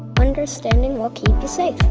understanding will keep you safe.